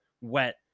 wet